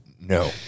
No